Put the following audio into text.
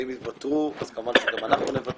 אם יוותרו, אז כמובן שגם אנחנו נוותר.